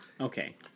Okay